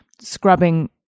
scrubbing